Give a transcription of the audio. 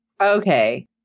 Okay